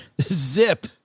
Zip